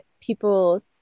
people